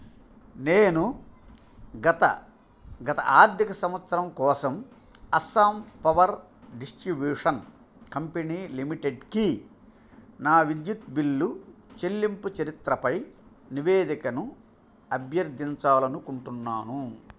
నేను గత గత ఆర్థిక సంవత్సరం కోసం అస్సాం పవర్ డిస్ట్రిబ్యూషన్ కంపెనీ లిమిటెడ్కి నా విద్యుత్ బిల్లు చెల్లింపు చరిత్రపై నివేదికను అభ్యర్థించాలి అనుకుంటున్నాను